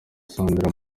sandra